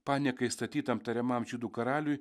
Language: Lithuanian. paniekai statytam tariamam žydų karaliui